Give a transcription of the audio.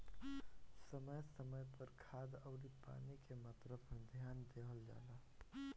समय समय पर खाद अउरी पानी के मात्रा पर ध्यान देहल जला